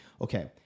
okay